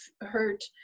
hurt